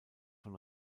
von